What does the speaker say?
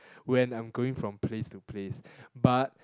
when I am going from place to place but